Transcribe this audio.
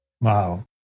Wow